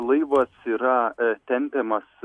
laivas yra tempiamas